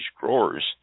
growers